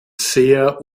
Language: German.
sehr